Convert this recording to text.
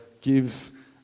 give